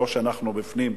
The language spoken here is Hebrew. שאנחנו בפנים,